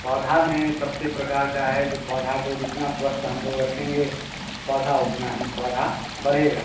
पौधा में सबसे प्रकार का है जो पौधा को जितना स्वस्थ हम लोग रखेंगे पौधा उतना ही पौधा बढ़ेगा